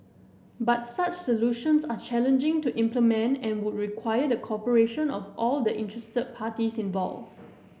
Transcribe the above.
but such solutions are challenging to implement and would require the cooperation of all the interested parties involved